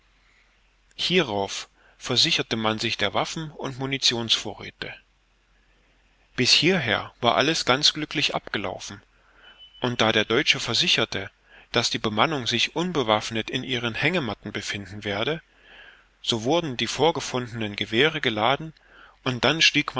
hierauf versicherte man sich der waffen und munitionsvorräthe bis hierher war alles ganz glücklich abgelaufen und da der deutsche versicherte daß die bemannung sich unbewaffnet in ihren hängematten befinden werde so wurden die vorgefundenen gewehre geladen und dann stieg